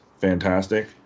fantastic